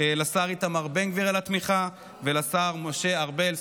לשר איתמר בן גביר על התמיכה ולשר משה ארבל,